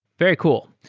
very cool.